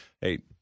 hey